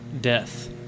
death